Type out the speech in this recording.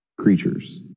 creatures